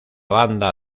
banda